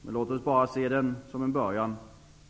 Men låt oss bara se det som en början.